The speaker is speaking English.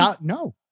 No